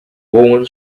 woven